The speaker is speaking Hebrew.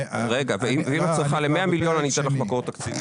אם את צריכה 100 מיליון, אני אתן לך מקור תקציבי.